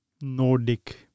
Nordic